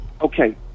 okay